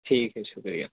ٹھیک ہے شکریہ